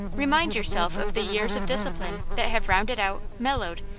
remind yourself of the years of discipline that have rounded out, mellowed,